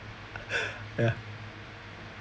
ya